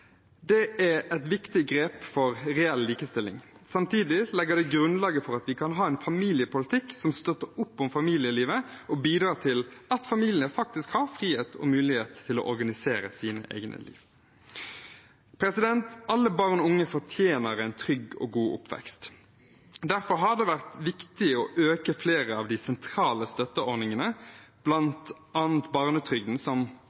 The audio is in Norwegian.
Det er et viktig grep for reell likestilling. Samtidig legger det grunnlaget for at vi kan ha en familiepolitikk som støtter opp om familielivet og bidrar til at familiene faktisk har frihet og mulighet til å organisere sitt eget liv. Alle barn og unge fortjener en trygg og god oppvekst. Derfor har det vært viktig å øke flere av de sentrale støtteordningene, bl.a. barnetrygden – som